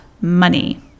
money